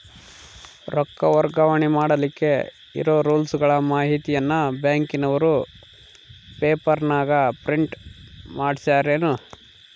ರೊಕ್ಕ ವರ್ಗಾವಣೆ ಮಾಡಿಲಿಕ್ಕೆ ಇರೋ ರೂಲ್ಸುಗಳ ಮಾಹಿತಿಯನ್ನ ಬ್ಯಾಂಕಿನವರು ಪೇಪರನಾಗ ಪ್ರಿಂಟ್ ಮಾಡಿಸ್ಯಾರೇನು?